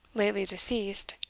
lately deceased,